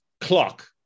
clock